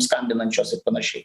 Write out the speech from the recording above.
skambinančios ir panašiai